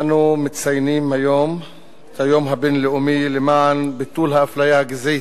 אנו מציינים היום את היום הבין-לאומי למען ביטול האפליה הגזעית.